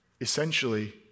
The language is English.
essentially